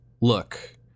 look